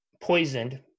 poisoned